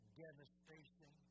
devastation